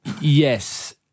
Yes